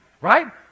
right